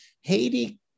Haiti